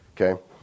Okay